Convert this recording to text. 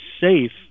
safe